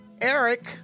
Eric